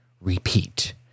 Repeat